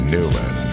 Newman